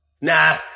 Nah